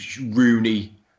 Rooney